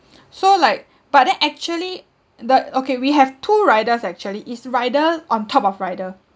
so like but then actually the okay we have two riders actually is rider on top of rider